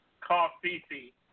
coffee